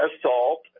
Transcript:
assault